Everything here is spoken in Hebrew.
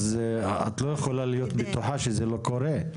אז את לא יכולה להיות בטוחה שזה לא קורה.